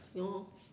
ya lor